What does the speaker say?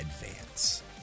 Advance